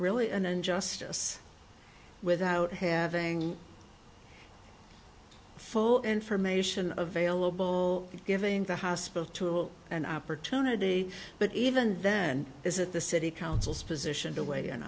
really and justice without having full information available giving the hospital to an opportunity but even then is it the city council's position to weigh in